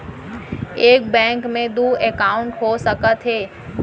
एक बैंक में दू एकाउंट हो सकत हे?